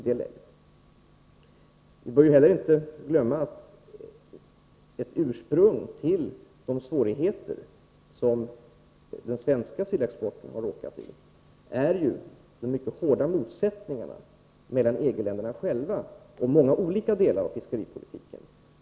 Vi bör inte heller glömma att ett ursprung till de svårigheter som den svenska sillexporten har råkat i är de mycket hårda motsättningarna mellan EG-länderna själva när det gäller många olika delar av fiskeripolitiken.